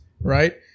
right